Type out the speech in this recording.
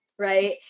Right